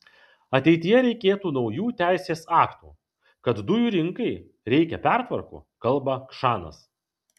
ateityje reikėtų naujų teisės aktų kad dujų rinkai reikia pertvarkų kalba kšanas